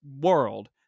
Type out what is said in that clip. world